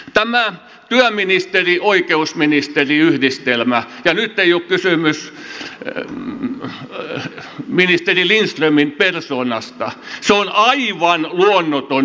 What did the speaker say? tämä työministerioikeusministeri yhdistelmä ja nyt ei ole kysymys ministeri lindströmin persoonasta on aivan luonnoton yhdistelmä